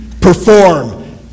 Perform